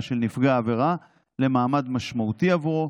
של נפגע העבירה למעמד משמעותי בעבורו,